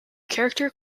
character